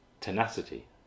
Tenacity